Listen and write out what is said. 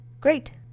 Great